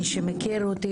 מי שמכיר אותי,